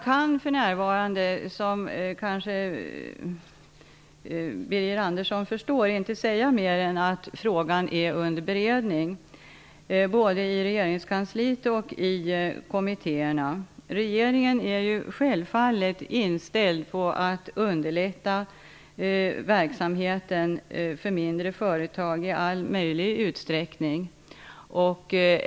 Som Birger Andersson kanske förstår kan jag för närvarande inte säga mer än att frågan är under beredning både i regeringskansliet och i kommittéerna. Regeringen är självfallet inställd på att i största möjliga utsträckning underlätta verksamheten för mindre företag.